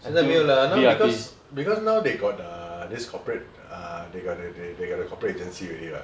现在没有 liao lah now because because now they got err this corporate err they got the they they they got the corporate agency already [what]